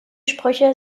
sprüche